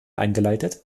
eingeleitet